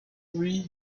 three